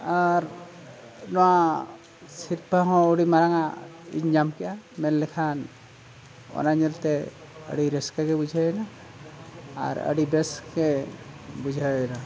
ᱟᱨ ᱱᱚᱣᱟ ᱥᱤᱨᱯᱟᱹ ᱦᱚᱸ ᱟᱹᱰᱤ ᱢᱟᱨᱟᱝᱼᱟᱜ ᱤᱧ ᱧᱟᱢ ᱠᱮᱫᱟ ᱢᱮᱱ ᱞᱮᱠᱷᱟᱱ ᱚᱱᱟ ᱧᱮᱞᱛᱮ ᱟᱹᱰᱤ ᱨᱟᱹᱥᱠᱟᱹᱜᱮ ᱵᱩᱡᱷᱟᱹᱣᱮᱱᱟ ᱟᱨ ᱟᱹᱰᱤ ᱵᱮᱥᱜᱮ ᱵᱩᱡᱷᱟᱹᱣᱮᱱᱟ